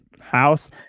house